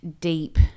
deep